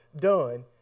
done